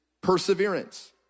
perseverance